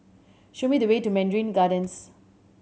show me the way to Mandarin Gardens